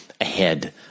ahead